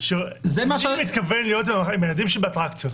אני מתכוון להיות עם הילדים שלי באטרקציות,